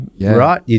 right